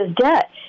debt